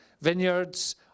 vineyards